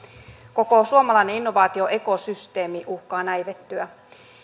koko suomalainen innovaatioekosysteemi uhkaa näivettyä